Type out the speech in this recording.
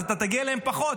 ואז אתה תגיע אליהם פחות,